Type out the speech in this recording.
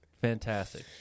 fantastic